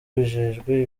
bijejwe